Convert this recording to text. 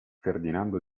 ferdinando